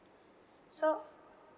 so